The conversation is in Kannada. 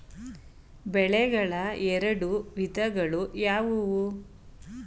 ಬೆಳೆಗಳ ಎರಡು ವಿಧಗಳು ಯಾವುವು?